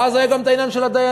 ואז היה גם את העניין של הדיינים.